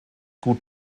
gut